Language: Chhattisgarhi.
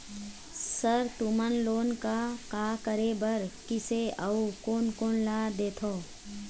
सर तुमन लोन का का करें बर, किसे अउ कोन कोन ला देथों?